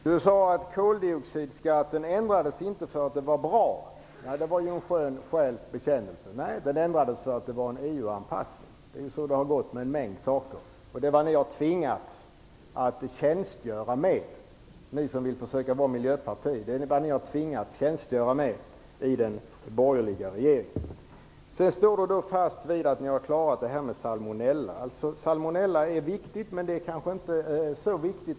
Fru talman! Att koldioxidskatten inte ändrades för att den var bra, är en skön själs bekännelse. Den ändrades som ett led i EU-anpassningen. Så har det gått med en mängd saker. Detta har ert parti, som vill försöka vara ett miljöparti, tvingats att göra i den borgerliga regeringen. Karl Erik Olsson vidhåller att ni har klarat garantin när det gäller salmonella. Frågan om risken för salmonella är viktig.